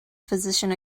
physician